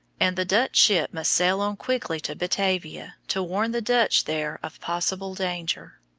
and the dutch ship must sail on quickly to batavia to warn the dutch there of possible danger.